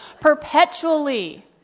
Perpetually